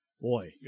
Boy